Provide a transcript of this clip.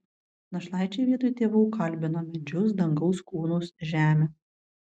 našlaičiai vietoj tėvų kalbino medžius dangaus kūnus žemę